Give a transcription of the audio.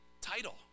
title